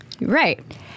Right